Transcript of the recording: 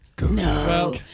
No